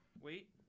Wait